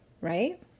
Right